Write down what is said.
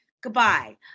goodbye